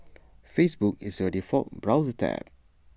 Facebook is your default browser tab